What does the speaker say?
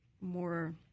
more